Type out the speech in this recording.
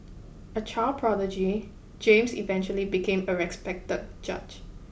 a child prodigy James eventually became a respected judge